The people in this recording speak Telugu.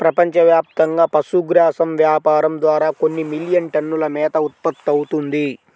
ప్రపంచవ్యాప్తంగా పశుగ్రాసం వ్యాపారం ద్వారా కొన్ని మిలియన్ టన్నుల మేత ఉత్పత్తవుతుంది